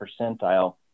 percentile